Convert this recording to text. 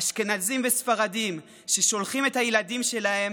אשכנזים וספרדים ששולחים את הילדים שלהם